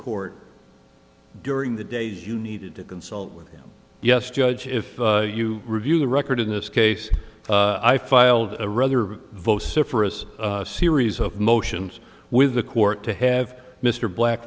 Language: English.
court during the days you needed to consult with yes judge if you review the record in this case i filed a rather vociferous series of motions with the court to have mr black